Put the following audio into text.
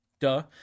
duh